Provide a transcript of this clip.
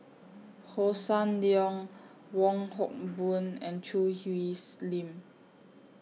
Hossan Leong Wong Hock Boon and Choo Hwee Slim